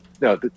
no